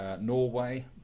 Norway